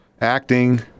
acting